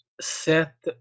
set